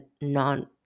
non